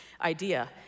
idea